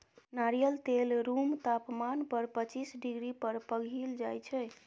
नारियल तेल रुम तापमान पर पचीस डिग्री पर पघिल जाइ छै